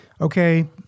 okay